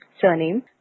surname